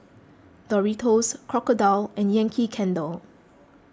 Doritos Crocodile and Yankee Candle